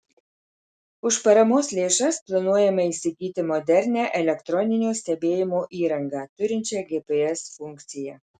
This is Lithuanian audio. už paramos lėšas planuojama įsigyti modernią elektroninio stebėjimo įrangą turinčią gps funkciją